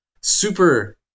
Super